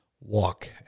Walk